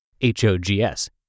H-O-G-S